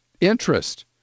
Interest